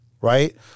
right